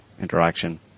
interaction